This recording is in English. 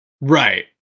Right